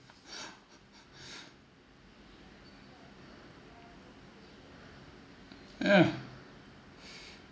ya